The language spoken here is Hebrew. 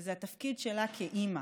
וזה התפקיד שלה כאימא.